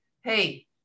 hey